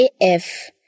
AF